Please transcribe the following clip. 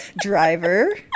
Driver